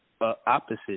opposite